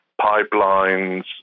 pipelines